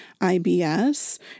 IBS